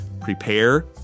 Prepare